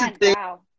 wow